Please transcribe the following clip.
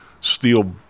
steel